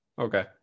okay